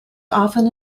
often